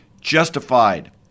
justified